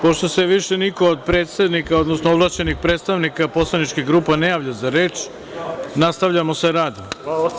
Pošto se više niko od predsednika, odnosno od ovlašćenih predstavnika poslaničkih grupa ne javlja za reč, nastavljamo sa radom.